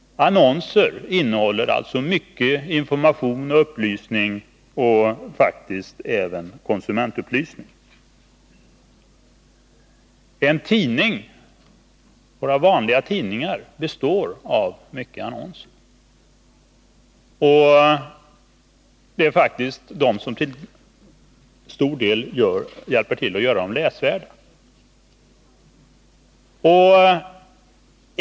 Annonser innehåller alltså mycket information och många upplysningar, faktiskt även konsumentupplysning. Våra vanliga tidningar består av många annonser. Det är dessa som till stor del hjälper till att göra tidningarna läsvärda.